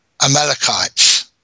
Amalekites